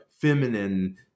feminine